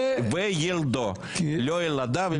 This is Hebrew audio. לא ילדיו.